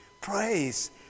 praise